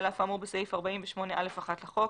1. על אף האמור בסעיף 48(א)(1) לחוק,